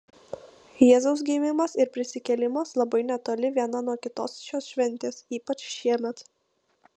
jėzaus gimimas ir prisikėlimas labai netoli viena nuo kitos šios šventės ypač šiemet